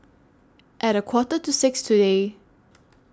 At A Quarter to six today